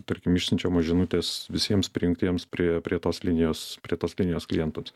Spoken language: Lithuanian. tarkim išsiunčiamos žinutės visiems prijungtiems prie prie tos linijos prie tos linijos klientams